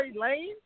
Lane